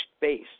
base